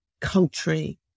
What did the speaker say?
country